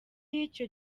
y’icyo